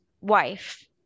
wife